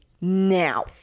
now